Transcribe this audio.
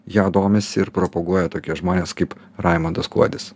ja domisi ir propaguoja tokie žmonės kaip raimondas kuodis